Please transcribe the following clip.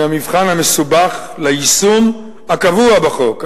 עם המבחן המסובך ליישום הקבוע החוק,